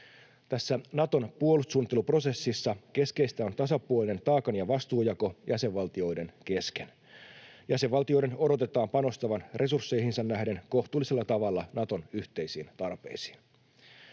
Tässä Naton puolustussuunnitteluprosessissa keskeistä on tasapuolinen taakan- ja vastuunjako jäsenvaltioiden kesken. Jäsenvaltioiden odotetaan panostavan resursseihinsa nähden kohtuullisella tavalla Naton yhteisiin tarpeisiin.